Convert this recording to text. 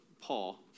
Paul